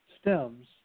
stems